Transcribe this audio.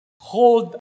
hold